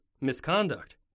misconduct